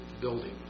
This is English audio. building